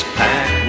pack